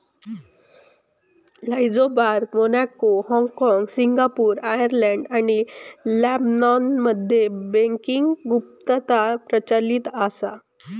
Luxembourg, Monaco, हाँगकाँग, Singapore, Ireland आणि लेबनॉनमध्ये बँकिंग गुप्तता प्रचलित असा